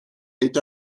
est